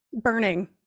burning